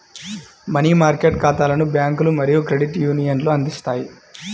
money market ఖాతాలను బ్యాంకులు మరియు క్రెడిట్ యూనియన్లు అందిస్తాయి